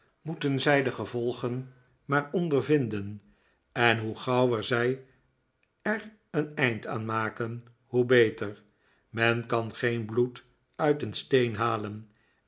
moeten zij de gcvolgeh maar ondervinden en hoc gaitwer zi er een cmd aan maken hoe belcr men kan gecn bloed tlit een stcen halen